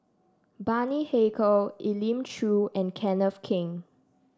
Bani Haykal Elim Chew and Kenneth Keng